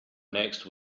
next